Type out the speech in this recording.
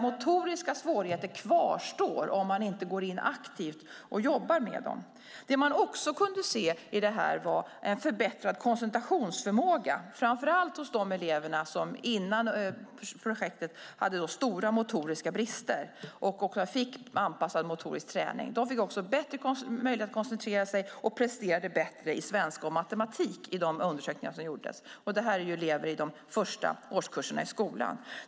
Motoriska svårigheter kvarstår om man inte går in aktivt och jobbar med dem. Det man också kunde se var en förbättrad koncentrationsförmåga framför allt hos de elever som innan projektet hade stora motoriska brister och också fick anpassad motorisk träning. De fick bättre möjligheter att koncentrera sig och presterade bättre i svenska och matematik i de undersökningar som gjordes. Detta är elever i de första årskurserna i skolan.